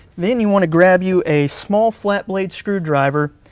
then, you want to grab you a small flat-blade screwdriver,